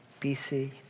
BC